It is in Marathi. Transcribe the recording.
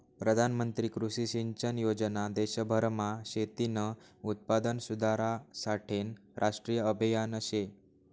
प्रधानमंत्री कृषी सिंचन योजना देशभरमा शेतीनं उत्पादन सुधारासाठेनं राष्ट्रीय आभियान शे